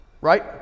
Right